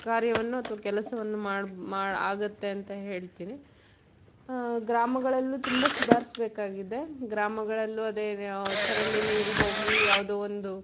ಕಾರ್ಯವನ್ನು ಅಥವಾ ಕೆಲಸವನ್ನು ಮಾಡಿ ಮಾಡಿ ಆಗುತ್ತೆ ಅಂತ ಹೇಳ್ತೀನಿ ಗ್ರಾಮಗಳಲ್ಲೂ ತುಂಬ ಸುಧಾರಿಸಬೇಕಾಗಿದೆ ಗ್ರಾಮಗಳಲ್ಲೂ ಅದೇ ಚರಂಡಿ ನೀರು ಹೋಗಿ ಯಾವುದೋ ಒಂದು